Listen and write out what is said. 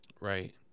Right